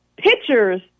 pictures